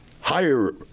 higher